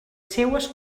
seues